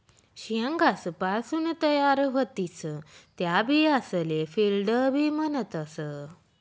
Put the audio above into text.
शेंगासपासून तयार व्हतीस त्या बियासले फील्ड बी म्हणतस